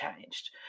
changed